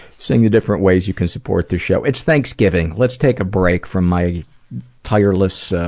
saying the different ways you can support the show. it's thanksgiving. let's take a break from my tireless, so